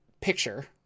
picture